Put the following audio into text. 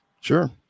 Sure